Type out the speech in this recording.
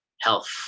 health